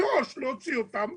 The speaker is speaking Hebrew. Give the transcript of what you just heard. מראש להוציא אותם,